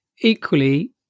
equally